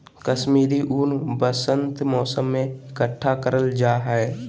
कश्मीरी ऊन वसंत मौसम में इकट्ठा करल जा हय